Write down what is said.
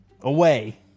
Away